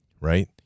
right